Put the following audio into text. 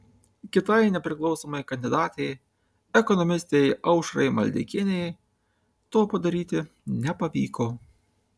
kitai nepriklausomai kandidatei ekonomistei aušrai maldeikienei to padaryti nepavyko